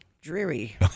Dreary